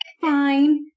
Fine